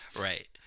Right